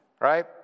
right